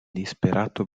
disperato